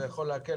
זה יכול להקל.